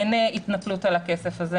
אין התנפלות על הכסף הזה,